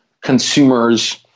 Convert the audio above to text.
consumers